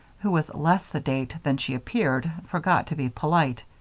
who was less sedate than she appeared, forgot to be polite.